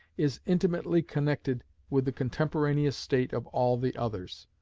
is intimately connected with the contemporaneous state of all the others.